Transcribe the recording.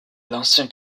l’ancien